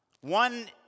One